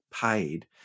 paid